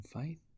faith